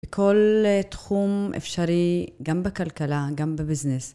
בכל תחום אפשרי, גם בכלכלה, גם בביזנס.